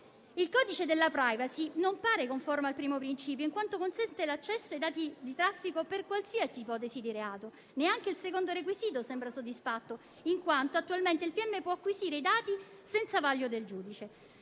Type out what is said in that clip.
Il codice della *privacy* non pare conforme al primo principio, in quanto consente l'accesso ai dati di traffico per qualsiasi ipotesi di reato; neanche il secondo requisito sembra soddisfatto, in quanto attualmente il pubblico ministero può acquisire i dati senza vaglio del giudice.